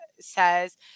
says